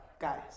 guys